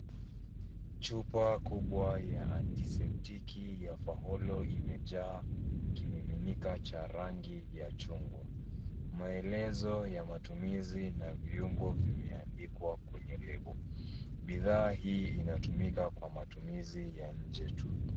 Chupa kubwa ya [cs[ anti-septiki ya Faholo imejaa kimiminika cha rangi ya chungwa. Maelezo ya matumizi na viungo vimeandikwa kwenye lebo. Bidhaa hii inatumika kwa matumizi ya nje tu.